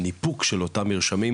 הניפוק של אותם מרשמים,